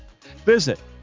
Visit